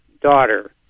daughter